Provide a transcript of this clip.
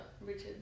Richard